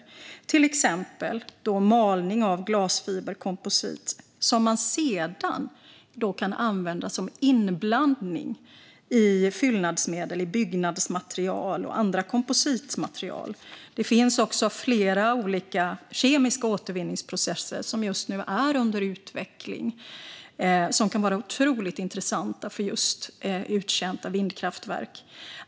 Man kan till exempel mala glasfiberkomposit, som sedan kan användas som inblandning i fyllnadsmedel, byggnadsmaterial och andra kompositmaterial. Det finns också flera olika kemiska återvinningsprocesser som just nu är under utveckling, som kan vara otroligt intressanta för just uttjänta vindkraftverk.